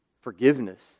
forgiveness